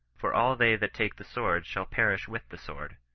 for all they that take the sword shall perish with the sword.